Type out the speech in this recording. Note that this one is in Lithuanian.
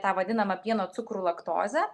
tą vadinamą pieno cukrų laktozę